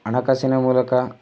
ಹಣಕಾಸಿನ ಮೂಲಕ